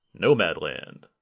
Nomadland